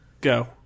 go